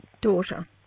daughter